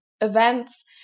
events